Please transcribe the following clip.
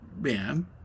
man